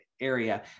area